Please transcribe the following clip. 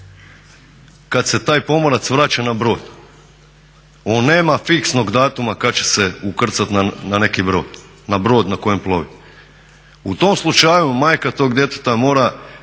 kad se taj pomorac vraća na brod? On nema fiksnog datuma kad će se ukrcati na neki brod, na brod na kojem plovi. U tom slučaju majka tog djeteta mora